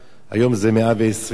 היום זה 120 מטר.